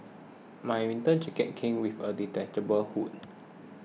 my winter jacket came with a detachable hood